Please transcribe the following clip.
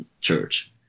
church